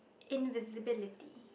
invisibility